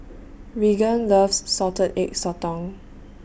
Raegan loves Salted Egg Sotong